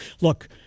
Look